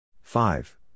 Five